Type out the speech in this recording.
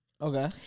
Okay